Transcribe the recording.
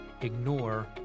ignore